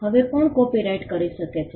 હવે કોણ કોપીરાઈટ કરી શકે છે